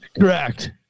Correct